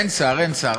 אין שר.